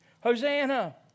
Hosanna